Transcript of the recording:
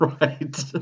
Right